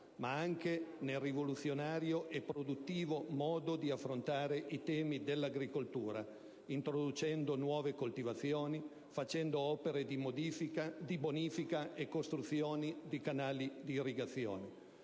ma anche nel rivoluzionario e produttivo modo di affrontare i temi dell'agricoltura, introducendo nuove coltivazioni, facendo opere di bonifica e costruzioni di canali di irrigazione.